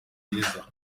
ryiza